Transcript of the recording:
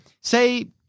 say